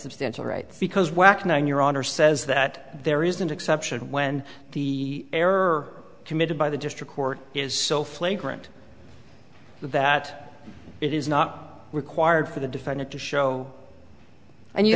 substantial rights because we're acting on your honor says that there is an exception when the error committed by the district court is so flagrant that it is not required for the defendant to show and you